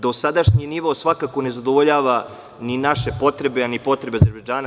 Dosadašnji nivo svakako ne zadovoljava ni naše potrebe, a ni potrebe Azerbejdžana.